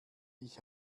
ich